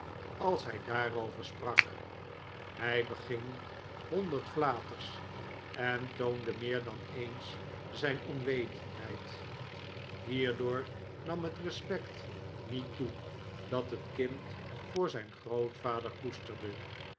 als hij daarover sprak hij beging honderd flaters en toonde meer dan eens zijn onwetendheid hierdoor nam het respect niet toe dat het kind voor zijn grootvader koesterde